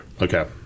Okay